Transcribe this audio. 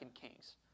Kings